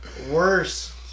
Worse